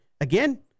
again